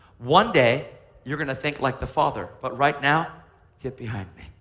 one day you're going to think like the father, but right now get behind me.